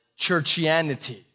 churchianity